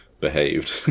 behaved